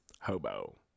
hobo